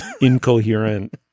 incoherent